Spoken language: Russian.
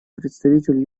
представитель